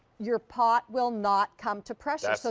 your pot will not come to pressure. so